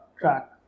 track